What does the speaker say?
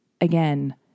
again